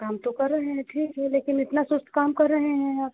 काम तो कर रहे हैं ठीक है लेकिन इतना सुस्त काम कर रहे हैं आप